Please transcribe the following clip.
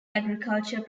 agricultural